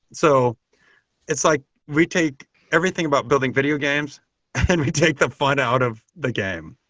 so it's like we take everything about building videogames and we take the fun out of the game.